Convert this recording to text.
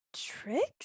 tricks